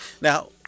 Now